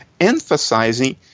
emphasizing